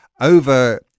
over